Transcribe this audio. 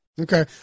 Okay